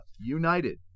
United